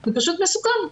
זה פשוט מסוכן.